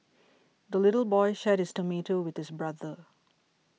the little boy shared his tomato with his brother